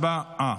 הצבעה.